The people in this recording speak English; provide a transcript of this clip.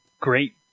Great